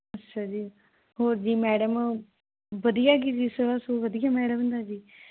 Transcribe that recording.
ਅੱਛਾ ਜੀ ਹੋਰ ਜੀ ਮੈਡਮ ਵਧੀਆ ਜੀ ਸਭਾਅ ਸਵੂਹ ਵਧੀਆ ਮੈਡਮ ਦਾ ਜੀ